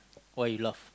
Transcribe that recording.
why you laugh